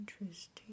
interesting